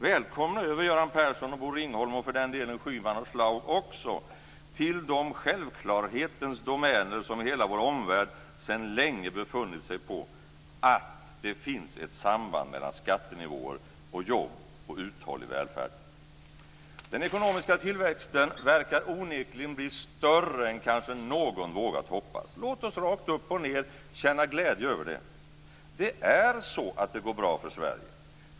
Välkomna över, Göran Persson och Bo Ringholm och för den delen Schyman och Schlaug också, till de självklarhetens domäner som hela vår omvärld sedan länge befunnit sig på - där det finns ett samband mellan skattenivåer och jobb och uthållig välfärd! Den ekonomiska tillväxten verkar onekligen bli större än kanske någon vågat hoppas. Låt oss rakt upp och ned känna glädje över det. Det är så att det går bra för Sverige.